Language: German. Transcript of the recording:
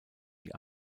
die